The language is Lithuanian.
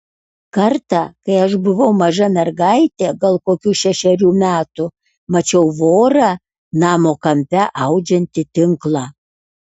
kartą kai aš buvau maža mergaitė gal kokių šešerių metų mačiau vorą namo kampe audžiantį tinklą